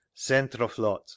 Centroflot